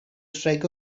strike